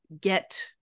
get